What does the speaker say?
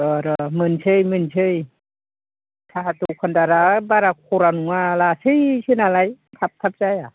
अह र' मोनसै मोनसै साहा दखानदारा बारा खरा नङा लासैसो नालाय थाब थाब जाया